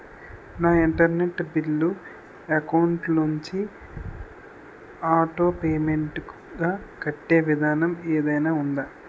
నా internet bill account లోంచి automatic గా కట్టే విధానం ఏదైనా ఉందా?